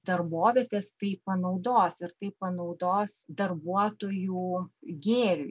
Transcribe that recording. darbovietės tai panaudos ir tai panaudos darbuotojų gėriui